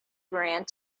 brand